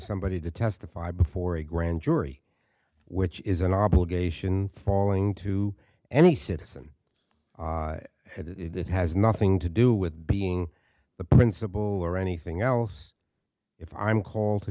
somebody to testify before a grand jury which is an obligation falling to any citizen and it has nothing to do with being the principal or anything else if i'm called to